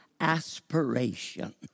aspiration